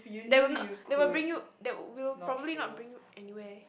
they will not they will bring you they will probably not bring you anywhere